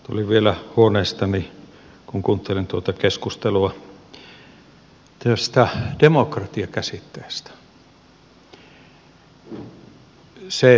tulin vielä huoneestani kun kuuntelin tuota keskustelua tästä demokratia käsitteestä